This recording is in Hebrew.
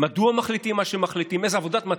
מדוע מחליטים מה שמחליטים,